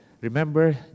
Remember